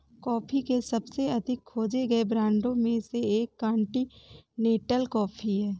coffee के सबसे अधिक खोजे गए ब्रांडों में से एक कॉन्टिनेंटल कॉफ़ी है